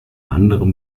anderem